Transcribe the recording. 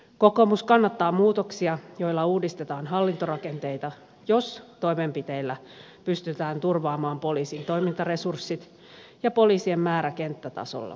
kokoomus kannattaa muutoksia joilla uudistetaan hallintorakenteita jos toimenpiteillä pystytään turvaamaan poliisin toimintaresurssit ja poliisien määrä kenttätasolla